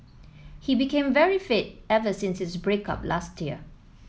he became very fit ever since his break up last year